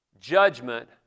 judgment